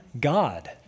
God